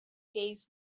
days